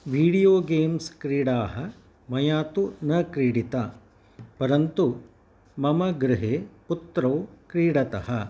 video games क्रीडाः मया तु न क्रीडिताः परन्तु मम गृहे पुत्रौ क्रीडतः